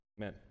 Amen